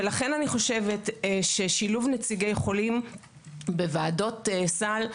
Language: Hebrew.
ולכן אני חושבת ששילוב נציגי חולים בוועדות סל,